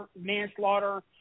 manslaughter